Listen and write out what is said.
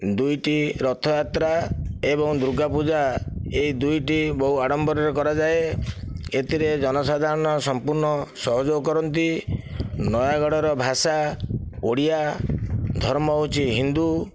ଦୁଇଟି ରଥଯାତ୍ରା ଏବଂ ଦୁର୍ଗାପୂଜା ଏହି ଦୁଇଟି ବହୁ ଆଡ଼ମ୍ବରରେ କରାଯାଏ ଏଥିରେ ଜନସାଧାରଣ ସମ୍ପୂର୍ଣ୍ଣ ସହଯୋଗ କରନ୍ତି ନୟାଗଡ଼ର ଭାଷା ଓଡ଼ିଆ ଓ ଧର୍ମ ହେଉଛି ହିନ୍ଦୁ